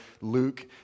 Luke